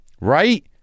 Right